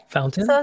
Fountain